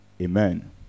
Amen